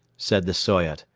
said the soyot.